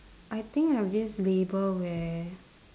I think I have this label where